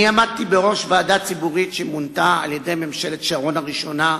אני עמדתי בראש ועדה ציבורית שמונתה על-ידי ממשלת שרון הראשונה,